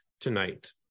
tonight